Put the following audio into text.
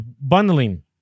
bundling